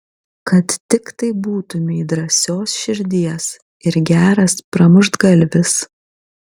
kad tiktai būtumei drąsios širdies ir geras pramuštgalvis